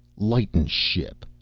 lighten ship!